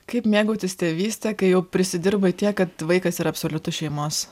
kaip mėgautis tėvyste kai jau prisidirbai tiek kad vaikas yra absoliutus šeimos